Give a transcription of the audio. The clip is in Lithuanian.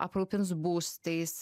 aprūpins būstais